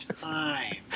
time